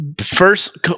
first